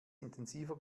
intensiver